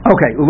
Okay